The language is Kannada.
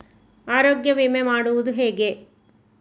ಆರೋಗ್ಯ ವಿಮೆ ಮಾಡುವುದು ಹೇಗೆ?